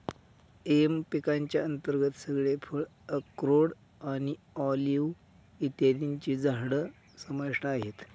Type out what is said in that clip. M पिकांच्या अंतर्गत सगळे फळ, अक्रोड आणि ऑलिव्ह इत्यादींची झाडं समाविष्ट आहेत